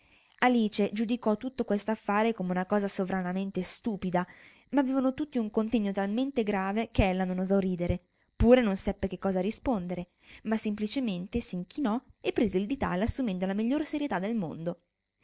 alice giudicò tutto quest'affare come una cosa sovranamente stupida ma avevano tutti un contegno talmente grave ch'ella non osò ridere pure non seppe che cosa rispondere ma semplicemente s'inchinò e prese il ditale assumendo la migliore serietà del mondo